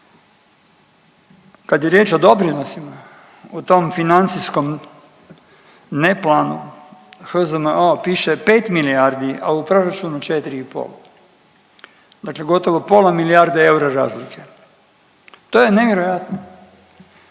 Kad je riječ o doprinosima, u tom financijskom neplanu HZMO-a piše 5 milijardi, a u proračunu 4,5. Dakle gotovo pola milijarde eura razlike. To je nevjerojatno